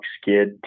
skid